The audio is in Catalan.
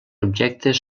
objectes